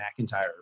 McIntyre